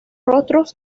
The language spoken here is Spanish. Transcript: rostros